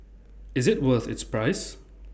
is IT worth its price